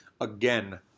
again